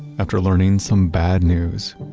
after learning some bad news,